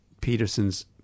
Peterson's